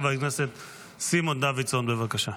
חבר הכנסת סימון דוידסון, בבקשה.